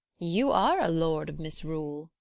you are a lord of mis-rule.